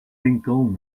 lincoln